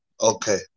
Okay